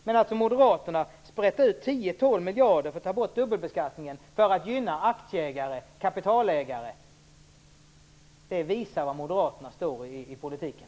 Men att, som moderaterna gör, sprätta ut 10-12 miljarder kronor på att ta bort dubbelbeskattningen för att gynna aktieägare och kapitalägare visar bara var moderaterna står i politiken.